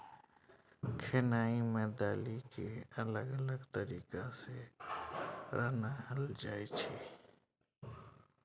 खेनाइ मे दालि केँ अलग अलग तरीका सँ रान्हल जाइ छै